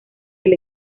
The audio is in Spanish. del